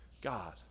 God